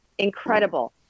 Incredible